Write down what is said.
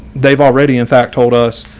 they've already in fact, told us,